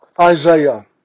Isaiah